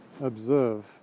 observe